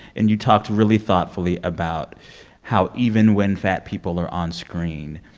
and you talked really thoughtfully about how even when fat people are on screen,